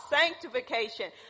sanctification